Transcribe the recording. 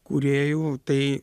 kūrėjų tai